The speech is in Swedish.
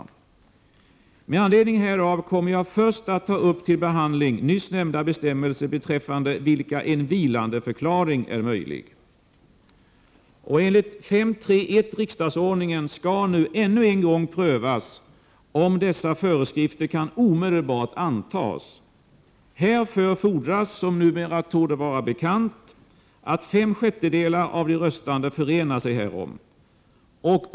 Med anledning härav kommer jag först att ta upp till behandling nyssnämnda bestämmelser beträffande vilka en vilandeförklaring är möjlig. Enligt 5.3.1 riksdagsordningen skall nu ännu en gång prövas om dessa föreskrifter kan omedelbart antas. Härför fordras, som numera torde vara bekant, att 5/6 av de röstande förenar sig härom.